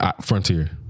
Frontier